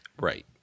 Right